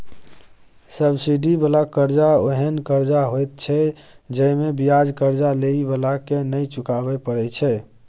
subsidy बला कर्जा ओहेन कर्जा होइत छै जइमे बियाज कर्जा लेइ बला के नै चुकाबे परे छै